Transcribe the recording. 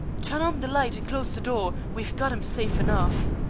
turn on the light and close the door. we've got him safe enough.